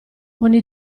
ogni